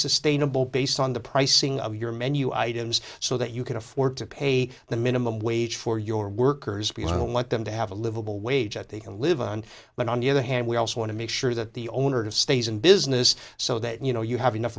sustainable based on the pricing of your menu items so that you can afford to pay the minimum wage for your workers because i don't want them to have a livable wage that they can live on but on the other hand we also want to make sure that the owners of stays in business so that you know you have enough